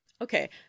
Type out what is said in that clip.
Okay